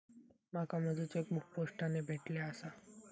माका माझो चेकबुक पोस्टाने भेटले आसा